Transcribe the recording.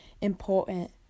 important